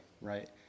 right